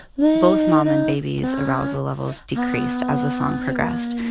both mom and baby's arousal levels decreased as the song progressed.